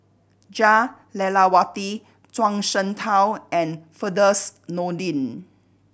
Jah Lelawati Zhuang Shengtao and Firdaus Nordin